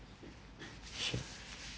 sure